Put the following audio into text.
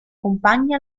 compagni